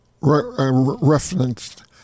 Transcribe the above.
referenced